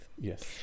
Yes